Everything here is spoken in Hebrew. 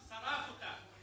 שרף אותם.